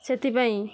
ସେଥିପାଇଁ